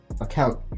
account